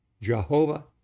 Jehovah